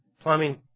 plumbing